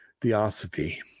Theosophy